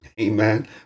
Amen